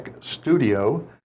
studio